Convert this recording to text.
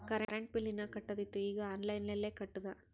current bill ಹೀನಾ ಕಟ್ಟದು ಇತ್ತು ಈಗ ಆನ್ಲೈನ್ಲೆ ಕಟ್ಟುದ